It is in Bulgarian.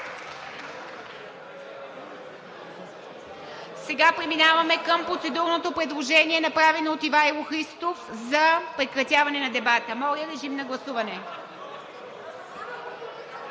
Сега преминаваме към процедурното предложение, направено от Ивайло Христов за прекратяване на дебата. (Шум и реплики.) Гласували